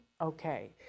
Okay